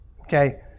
Okay